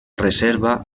reserva